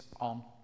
on